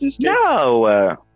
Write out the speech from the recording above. No